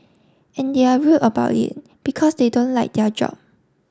and they're rude about it because they don't like their job